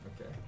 okay